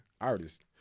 artist